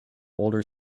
older